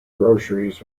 groceries